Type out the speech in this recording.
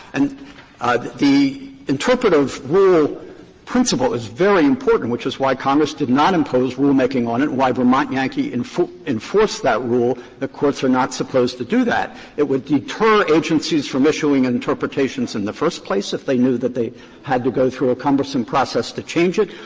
and the interpretative rule principle is very important, which was why congress did not impose rulemaking on it, why vermont yankee enforced enforced that rule and the courts are not supposed to do that. it would deter agencies from issuing interpretations in the first place if they knew that they had to go through a cumbersome process to change it.